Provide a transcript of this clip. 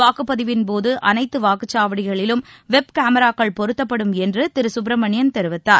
வாக்குப்பதிவின் போது அனைத்து வாக்குச்சாவடிகளிலும் வெப் கோராக்கள் பொருத்தப்படும் என்று திரு சுப்பிரமணியன் தெரிவித்தார்